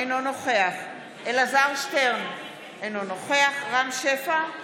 אינו נוכח אלעזר שטרן, אינו נוכח רם שפע,